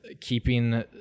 keeping